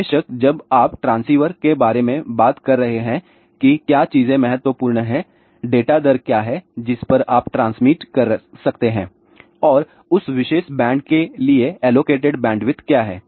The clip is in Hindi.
बेशक जब आप ट्रांसीवर के बारे में बात कर रहे हैं कि क्या चीजें महत्वपूर्ण हैं डेटा दर क्या है जिस पर आप ट्रांसमिट कर सकते हैं और उस विशेष बैंड के लिए एलोकेटेड बैंडविड्थ क्या है